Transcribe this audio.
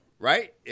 right